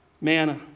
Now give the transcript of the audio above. Manna